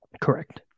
Correct